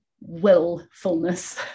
willfulness